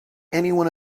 anyone